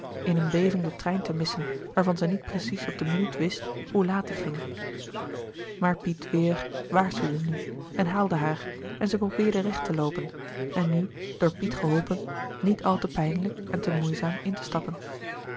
in eene beving den trein te missen waarvan zij niet precies op de minuut wist hoe laat die ging maar piet weêr waarschuwde nu en haalde haar en zij probeerde recht te loopen en nu door piet geholpen niet al te pijnlijk en te moeizaam in te stappen